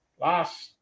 last